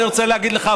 אני רוצה להגיד לך,